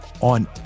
on